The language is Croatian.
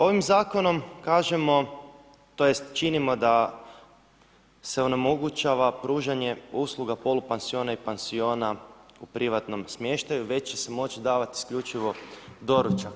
Ovim Zakonom kažemo, tj. činimo da se onemogućava pružanje usluga polupansiona i pansiona u privatnom smještaju već će se moći davati isključivo doručak.